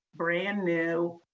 brand new,